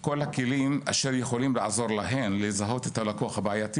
כל הכלים אשר יכולים לעזור להן לזהות את הלקוח הבעייתי